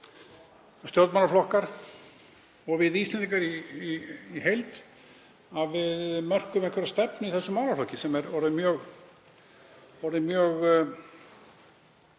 stjórnmálaflokkar og við Íslendingar í heild mörkum einhverja stefnu í þessum málaflokki sem er orðinn mjög